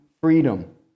freedom